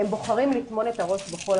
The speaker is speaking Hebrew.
הם בוחרים לטמון את הראש בחול.